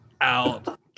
out